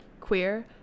queer